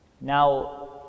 Now